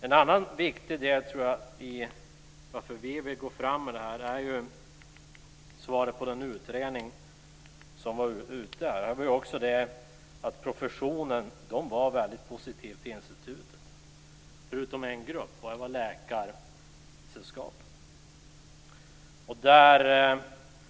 En annan viktig orsak till att vi lägger fram detta förslag är att professionen var väldigt positivt inställd till institutet, förutom en grupp och det var Läkaresällskapet.